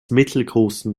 mittelgroßen